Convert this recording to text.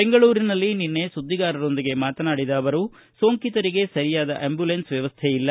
ಬೆಂಗಳೂರಿನಲ್ಲಿ ನಿನ್ನೆ ಸುದ್ದಿಗಾರರೊಂದಿಗೆ ಮಾತನಾಡಿದ ಅವರು ಸೋಂಕಿತರಿಗೆ ಸರಿಯಾದ ಅಂಬ್ಚುಲೆನ್ಸ್ ವ್ಯವಸ್ಥೆ ಇಲ್ಲ